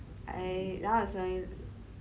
I now I suddenly